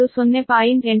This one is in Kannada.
826 p